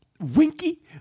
Winky